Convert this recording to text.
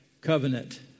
covenant